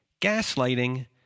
gaslighting